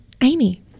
Amy